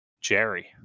Jerry